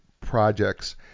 projects